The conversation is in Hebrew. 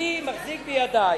אני מחזיק בידי